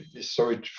sorry